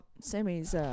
Sammy's